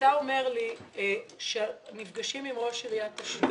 כשאתה אומר לי שנפגשים עם ראש עיריית אשדוד,